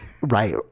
Right